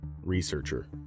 Researcher